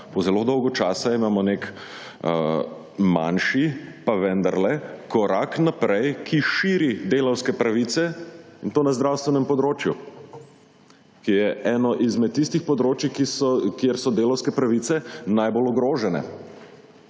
Po zelo dolgo časa imamo nek manjši, pa vendarle korak naprej, ki širi delavske pravice in to na zdravstvenem področju, ki je eno izmed tistih področij, kjer so delavske pravice najbolj ogrožene.